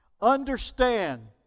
Understand